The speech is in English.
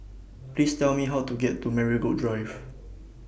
Please Tell Me How to get to Marigold Drive